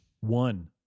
One